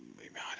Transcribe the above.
maybe, i